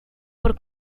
por